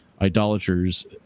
idolaters